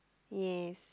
yes